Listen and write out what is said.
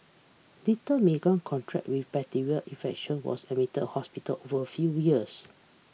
little Meagan contracted with bacterial infection was admitted hospital over a New Years